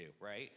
right